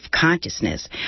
consciousness